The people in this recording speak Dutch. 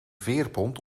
veerpont